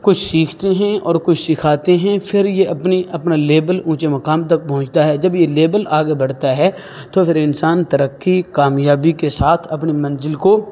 کچھ سیکھتے ہیں اور کچھ سکھاتے ہیں پھر یہ اپنی اپنا لیبل اونچے مقام تک پہنچتا ہے جب یہ لیبل آگے بڑھتا ہے تو پھر انسان ترقی کامیابی کے ساتھ اپنی منزل کو